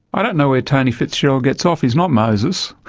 i don't know where tony fitzgerald gets off. he's not moses.